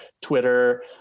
Twitter